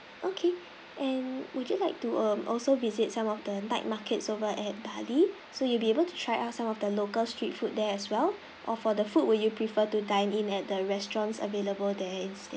okay and would you like to um also visit some of the night markets over at bali so you'll be able to try out some of the local street food there as well or for the food will you prefer to dine in at the restaurants available there instead